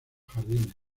jardines